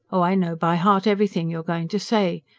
oh, i know by heart everything you're going to say.